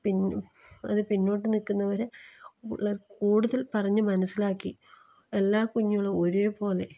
പിന്ന് അത് പിന്നോട്ട് നിൽക്കുന്നവരെ കൂടുതൽ പറഞ്ഞ് മനസ്സിലാക്കി എല്ലാ കുഞ്ഞുങ്ങളും ഒരേപോലെ